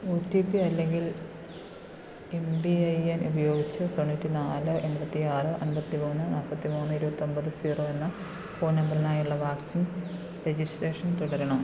O T P അല്ലെങ്കിൽ M P I N ഉപയോഗിച്ച് തൊണ്ണൂറ്റി നാല് എൺപത്തിയാറ് അൻപത്തി മൂന്ന് നാപ്പത്തി മൂന്ന് ഇരുപത്തൊമ്പത് സീറോ എന്ന ഫോൺ നമ്പറിനായുള്ള വാക്സിൻ രജിസ്ട്രേഷൻ തുടരണോ